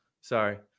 Sorry